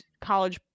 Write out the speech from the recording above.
college